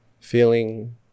Feeling